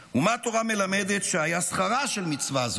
ומה התורה מלמדת שהיה שכרה של מצווה זאת?